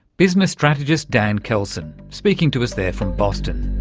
business strategist dan keldsen, speaking to us there from boston.